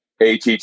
att